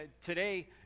Today